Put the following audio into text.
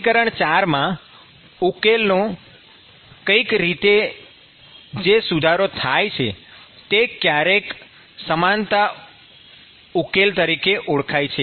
સમીકરણ ૪ માં ઉકેલનો કઈક રીતે જે સુધારો થાય છે તે ક્યારેક સમાનતા ઉકેલ તરીકે ઓળખાય છે